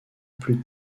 plus